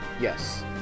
Yes